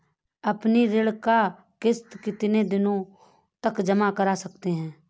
अपनी ऋण का किश्त कितनी दिनों तक जमा कर सकते हैं?